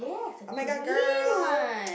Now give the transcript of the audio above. oh-my-god girl